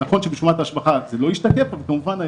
הוועדה המקומית עושה שומת השבחה על המקרקעין ומוציאה